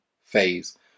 phase